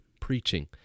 preaching